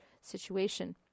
situation